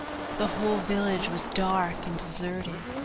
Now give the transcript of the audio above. the whole village was dark and deserted.